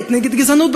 נגד גזענות,